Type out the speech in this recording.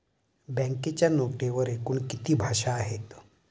बँकेच्या नोटेवर एकूण किती भाषा आहेत?